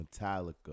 Metallica